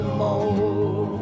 more